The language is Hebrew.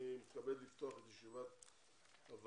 אני מתכבד לפתוח את ישיבת הוועדה,